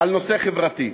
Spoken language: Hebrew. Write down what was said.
על נושא חברתי.